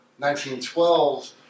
1912